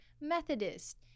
Methodist